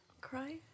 Cry